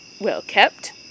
well-kept